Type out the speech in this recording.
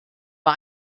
war